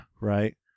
Right